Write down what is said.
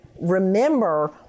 remember